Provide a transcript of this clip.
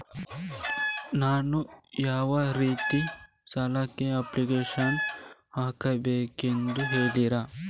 ನಾನು ಯಾವ ರೀತಿ ಸಾಲಕ್ಕೆ ಅಪ್ಲಿಕೇಶನ್ ಹಾಕಬೇಕೆಂದು ಹೇಳ್ತಿರಾ?